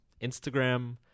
Instagram